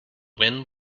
wind